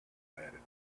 latitude